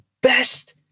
best